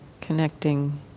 Connecting